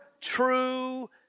true